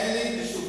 אין לי תשובה.